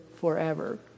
forever